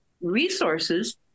resources